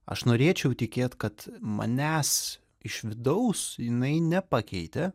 aš norėčiau tikėt kad manęs iš vidaus jinai nepakeitė